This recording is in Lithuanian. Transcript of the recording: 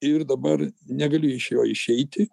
ir dabar negaliu iš jo išeiti